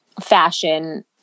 fashion